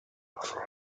all